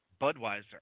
Budweiser